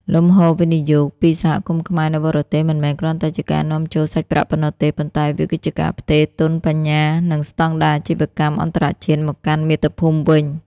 លំហូរវិនិយោគពី សហគមន៍ខ្មែរនៅបរទេស មិនមែនគ្រាន់តែជាការនាំចូលសាច់ប្រាក់ប៉ុណ្ណោះទេ ប៉ុន្តែវាគឺជាការផ្ទេរ ទុនបញ្ញា និងស្ដង់ដារអាជីវកម្មអន្តរជាតិមកកាន់មាតុភូមិវិញ។